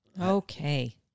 Okay